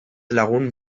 lagun